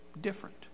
different